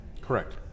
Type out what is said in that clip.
Correct